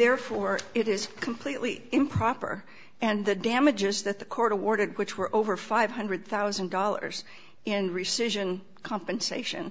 therefore it is completely improper and the damages that the court awarded which were over five hundred thousand dollars in recession compensation